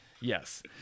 Yes